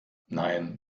nein